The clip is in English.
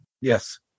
Yes